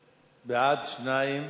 בעד, 2,